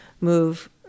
move